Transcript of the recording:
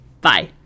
Bye